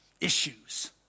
issues